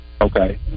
Okay